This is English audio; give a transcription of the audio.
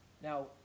Now